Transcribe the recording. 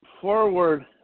forward